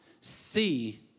see